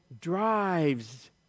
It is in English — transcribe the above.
drives